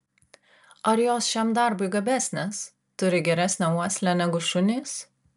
ar jos šiam darbui gabesnės turi geresnę uoslę negu šunys